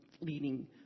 leading